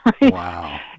Wow